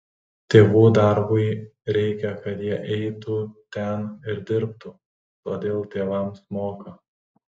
tėvų darbui reikia kad jie eitų ten ir dirbtų todėl tėvams moka